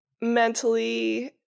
mentally